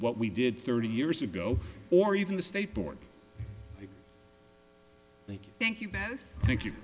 what we did thirty years ago or even the state board thank you thank you